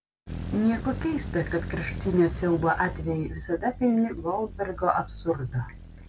nieko keista kad kraštutinio siaubo atvejai visada pilni goldbergo absurdo